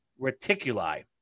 reticuli